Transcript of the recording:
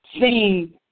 seen